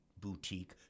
boutique